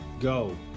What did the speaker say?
Go